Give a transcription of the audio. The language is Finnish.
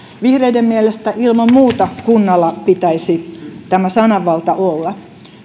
vihreiden mielestä ilman muuta kunnalla pitäisi tämä sananvalta olla